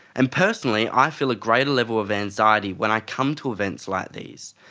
and personally, i feel a greater level of anxiety when i come to events like these.